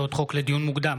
הצעות חוק לדיון מוקדם,